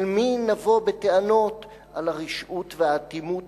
אל מי נבוא בטענות על הרשעות והאטימות